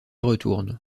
retournent